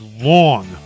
long